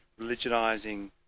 religionising